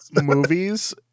movies